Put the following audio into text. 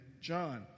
John